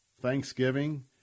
Thanksgiving